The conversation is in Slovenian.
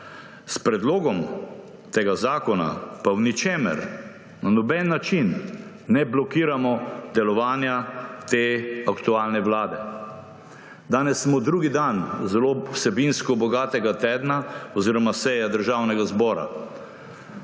S predlogom tega zakona pa v ničemer, na noben način ne blokiramo delovanja aktualne vlade. Danes je drugi dan vsebinsko zelo bogatega tedna oziroma seje Državnega zbora.